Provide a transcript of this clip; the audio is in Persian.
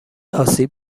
آسیب